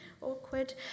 awkward